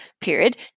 period